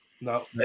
No